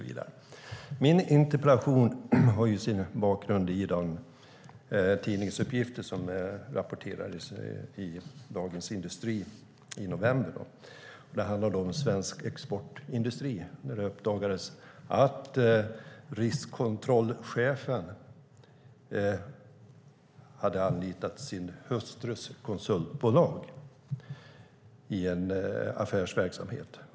Min interpellation har sin bakgrund i uppgifter i Dagens Industri i november. Det handlar om Svensk Exportkredit där det uppdagades att riskkontrollchefen hade anlitat sin hustrus konsultbolag i en affärsverksamhet.